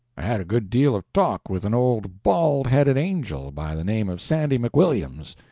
i had a good deal of talk with an old bald-headed angel by the name of sandy mcwilliams.